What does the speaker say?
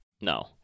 No